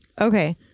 Okay